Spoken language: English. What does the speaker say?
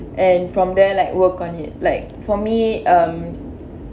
and from there like work on it like for me um